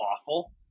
awful